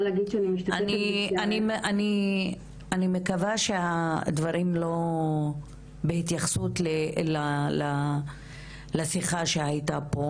אני מקווה שהדברים לא בהתייחסות לשיחה שהייתה פה.